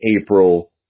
April